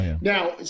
Now